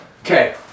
Okay